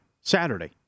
Saturday